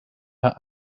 her